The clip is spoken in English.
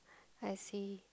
I see